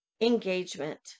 engagement